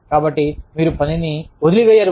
కాబట్టి మీరు పనిని వదిలివేయరు